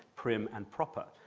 prim and proper.